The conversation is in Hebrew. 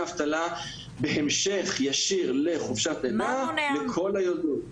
אבטלה בהמשך ישיר לחופשת לידה לכל היולדות.